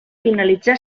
finalitzà